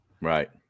Right